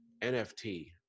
NFT